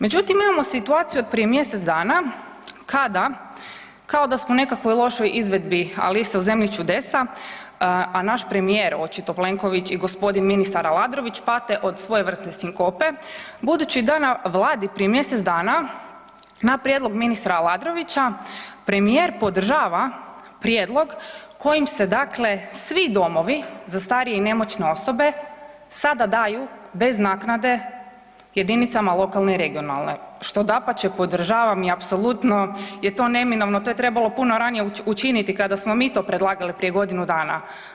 Međutim, imamo situaciju od prije mjesec dana kada kao da smo u nekakvoj lošoj izvedbi „Alise u zemlji čudesa“, a naš premijer očito Plenković i g. ministar Aladrović pate od svojevrsne sinkope budući da na vladi prije mjesec dana na prijedlog ministra Aladrovića premijer podržava prijedlog kojim se dakle svi domovi za starije i nemoćne osobe sada daju bez naknade jedinicama lokalne i regionalne, što dapače podržavam i apsolutno je to neminovno, to je trebalo puno ranije učiniti kada smo mi to predlagali prije godinu dana.